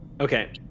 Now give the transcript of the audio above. Okay